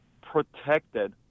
protected